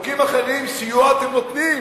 סיוע אתם נותנים.